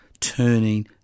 turning